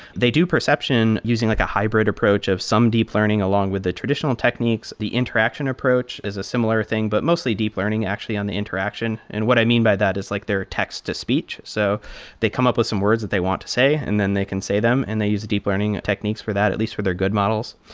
they do perception using like a hybrid approach of some deep learning along with the traditional techniques. the interaction approach is a similar thing, but mostly deep learning actually on the interaction. and what i mean by that is like their text-to speech. so they come up with some words that they want to say and then they can say them and they use deep learning techniques for that, at least for their good models.